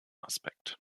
aspekt